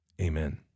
amen